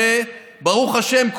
שברוך השם,